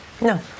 No